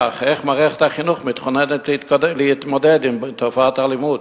איך מערכת החינוך מתכוננת להתמודד עם תופעת האלימות.